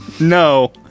no